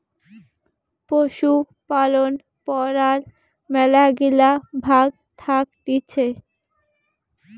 পশুপালন পড়ার মেলাগিলা ভাগ্ থাকতিছে